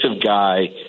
guy